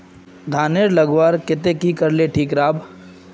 धानेर लगवार केते की करले ठीक राब?